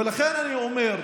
ולכן אני אומר: